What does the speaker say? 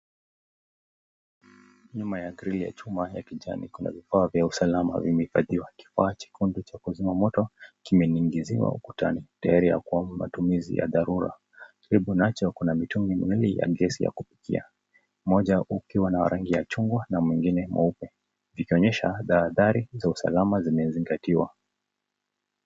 Nyuma ya grill ya chuma ya kijani kuna vifaa vya usalama vimefadhiliwa kifaa cha kondo cha kuzima moto kimeningiziwa ukutani tayari ya kuwa matumizi ya dharura. Karibu nacho kuna mitungi miwili ya gesi ya kupikia. Moja ukiwa na rangi ya chungwa na mwingine mweupe. Vikaonyesha tahadhari za usalama zimezingatiwa.